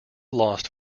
lost